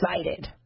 excited